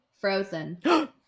frozen